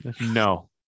No